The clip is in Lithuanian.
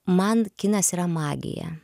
man kinas yra magija